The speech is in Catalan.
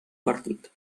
partit